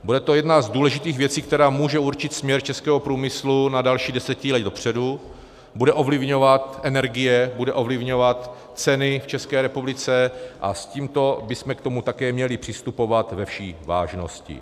Bude to jedna z důležitých věcí, která může určit směr českého průmyslu na další desetiletí dopředu, bude ovlivňovat energie, bude ovlivňovat ceny v České republice, a s tímto bychom k tomu také měli přistupovat ve vší vážnosti.